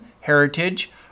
Heritage